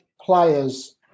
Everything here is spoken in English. players